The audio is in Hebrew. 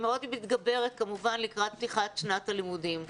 מאוד מתגברת כמובן לקראת פתיחת שנת הלימודים.